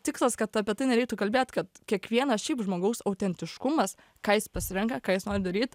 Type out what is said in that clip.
tikslas kad apie tai nereiktų kalbėt kad kiekvienas šiaip žmogaus autentiškumas ką jis pasirenka ką jis nori daryt